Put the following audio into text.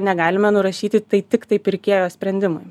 negalime nurašyti tai tiktai pirkėjo sprendimui